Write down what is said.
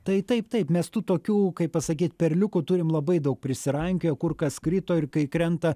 tai taip taip mes tų tokių kaip pasakyt perliukų turim labai daug prisirankioję kur kas krito ir kai krenta